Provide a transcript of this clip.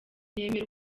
nemera